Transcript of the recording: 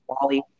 Wally